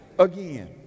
again